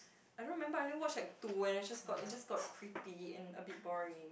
I don't remember I only watch like two and I just got it just got creepy and a bit boring